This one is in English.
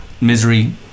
misery